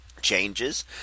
changes